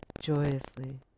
joyously